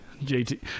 JT